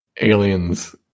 aliens